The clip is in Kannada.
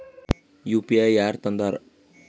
ಯು.ಪಿ.ಐ ಯಾರ್ ತಂದಾರ?